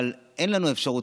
אבל כבר אין לנו אפשרות,